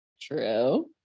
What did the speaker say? True